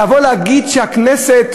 לבוא להגיד שהכנסת